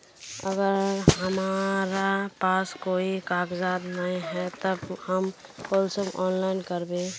अगर हमरा पास कोई कागजात नय है तब हम कुंसम ऑनलाइन करबे?